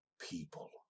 people